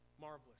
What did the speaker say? marvelous